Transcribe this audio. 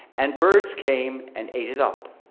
and birds came and ate it up.